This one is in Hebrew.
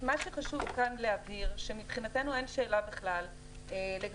מה שחשוב כאן להבהיר שמבחינתנו אין שאלה בכלל לגבי